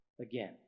again